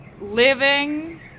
living